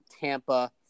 Tampa